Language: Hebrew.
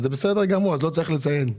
אז זה בסדר גמור, אז לא צריך לציין.